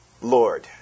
Lord